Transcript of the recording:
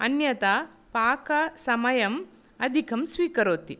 अन्यथा पाकसमयं अधिकं स्वीकरोति